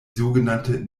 sogenannte